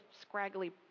scraggly